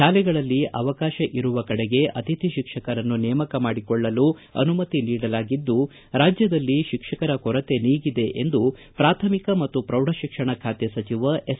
ಶಾಲೆಗಳಲ್ಲಿ ಅವಕಾಶ ಇರುವ ಕಡೆಗೆ ಅತಿಥಿ ಶಿಕ್ಷಕರನ್ನು ನೇಮಕ ಮಾಡಿಕೊಳ್ಳಲು ಅನುಮತಿ ನೀಡಲಾಗಿದ್ದು ರಾಜ್ಯದಲ್ಲಿ ಶಿಕ್ಷಕರ ಕೊರತೆ ನೀಗಿದೆ ಎಂದು ಪ್ರಾಥಮಿಕ ಮತ್ತು ಪ್ರೌಢ ಶಿಕ್ಷಣ ಖಾತೆ ಸಚಿವ ಎಸ್